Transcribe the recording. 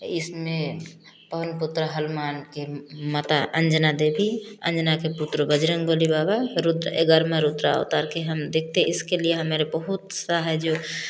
इसमें पवन पुत्र हनुमान के माता अंजना देवी अंजना के पुत्र बजरंगबली बाबा रूद्र ग्यारहवां रूद्र अवतार को हम देखते इसके लिए हमारे बहुत सा है जो